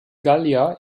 gallier